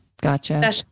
gotcha